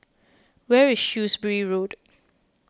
where is Shrewsbury Road